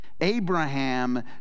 abraham